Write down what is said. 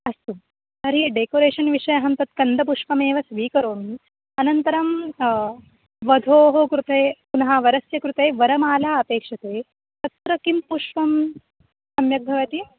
अस्तु तर्हि डेकोरेशन् विषये अहं तत् गन्धपुष्पमेव स्वीकरोमि अनन्तरं वध्वः कृते पुनः वरस्य कृते वरमाला अपेक्ष्यते तत्र किं पुष्पं सम्यक् भवति